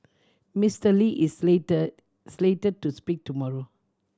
Mister Lee is slate slated to speak tomorrow